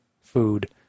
food